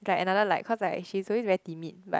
like another like cause like she's always very timid but